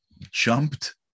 jumped